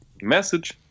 Message